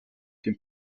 dem